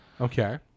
Okay